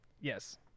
Yes